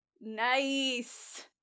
Nice